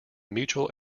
mutual